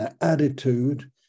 attitude